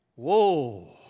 whoa